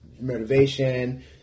motivation